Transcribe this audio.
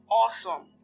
awesome